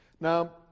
Now